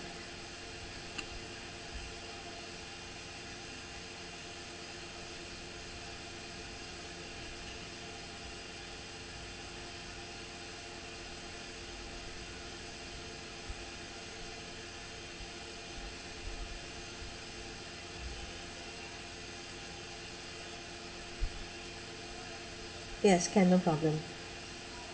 yes can no problem